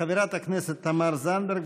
חברת הכנסת תמר זנדברג,